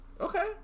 Okay